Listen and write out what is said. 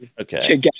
Okay